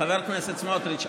חבר הכנסת סמוטריץ',